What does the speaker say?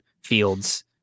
fields